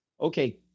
okay